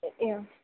yeah